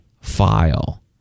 file